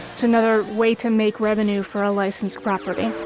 it's another way to make revenue for a licensed property